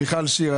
מיכל שיר,